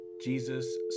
Jesus